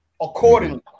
accordingly